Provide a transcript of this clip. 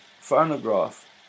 phonograph